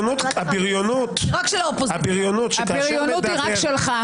הבריונות שכאשר מדבר --- הבריונות היא רק שלך.